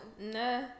nah